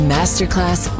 Masterclass